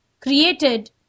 created